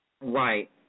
Right